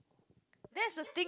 that's the thing